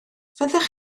fyddech